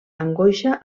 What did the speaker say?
angoixa